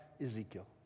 Ezekiel